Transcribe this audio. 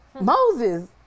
Moses